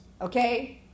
Okay